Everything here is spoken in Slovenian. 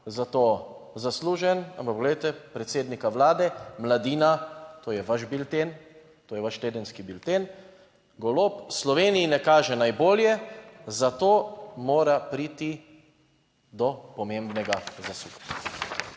za to zaslužen, ampak poglejte predsednika Vlade, Mladina, to je vaš bilten, to je vaš tedenski bilten, Golob: "Sloveniji ne kaže najbolje, zato mora priti do pomembnega zasuka."